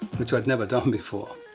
which i had never done before.